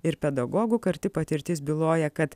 ir pedagogų karti patirtis byloja kad